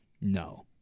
no